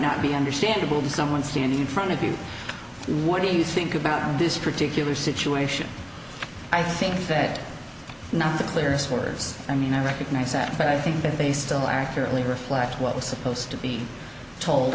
not be understandable to someone standing in front of you what do you think about this particular situation i think that not the clearest words i mean i recognize that but i think that they still accurately reflect what was supposed to be told